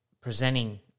presenting